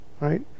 Right